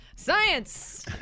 Science